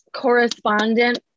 correspondent